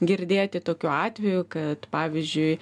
girdėti tokių atvejų kad pavyzdžiui